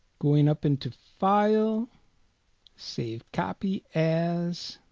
going up into file save copy as